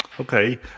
Okay